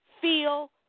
feel